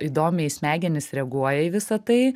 įdomiai smegenys reaguoja į visa tai